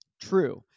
True